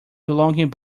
belonging